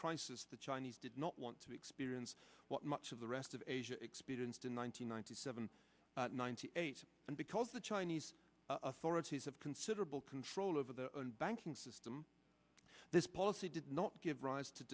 crisis the chinese did not want to experience what much of the rest of asia experienced in one thousand nine hundred ninety eight and because the chinese authorities have considerable control over their own banking system this policy did not give rise to